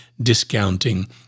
discounting